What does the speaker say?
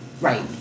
Right